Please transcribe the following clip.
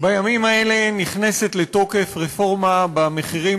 בימים האלה נכנסת לתוקף רפורמה במחירים